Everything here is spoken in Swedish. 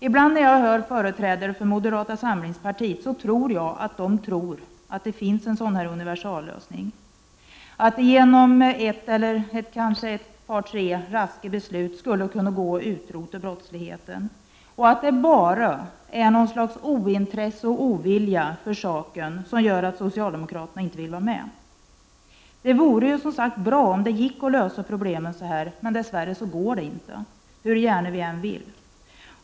Ibland när jag hör företrädare för moderata samlingspartiet tror jag att de menar att det finns en sådan universallösning — att det genom ett eller kanske ett par tre raska beslut skulle gå att utrota brottsligheten och att det bara är något slags ointresse för saken och en ovilja som gör att socialdemokraterna inte vill vara med. Det vore, som sagt, bra om det gick att lösa problemen så, men dess värre går det inte, hur gärna vi än vill.